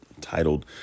titled